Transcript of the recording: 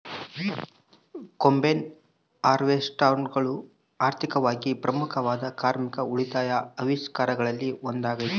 combine ಹಾರ್ವೆಸ್ಟರ್ಗಳು ಆರ್ಥಿಕವಾಗಿ ಪ್ರಮುಖವಾದ ಕಾರ್ಮಿಕ ಉಳಿತಾಯ ಆವಿಷ್ಕಾರಗಳಲ್ಲಿ ಒಂದಾಗತೆ